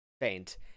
faint